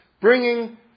bringing